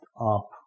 up